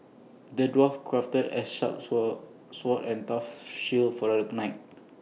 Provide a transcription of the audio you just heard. the dwarf crafted A sharp sword sword and tough shield for the knight